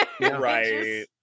Right